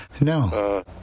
No